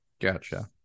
Gotcha